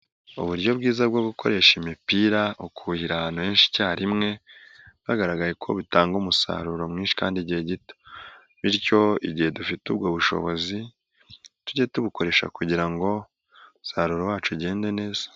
UUburyo bwiza bwo gukoresha imipira ukuhira ahantu henshi icyarimwe hagaragaye ko bitanga umusaruro mwinshi kandi igihe gito, bityo igihe dufite ubwo bushobozi tujye tubukoresha kugira ngo umusaruro wacu ugende neza.